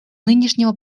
нынешнего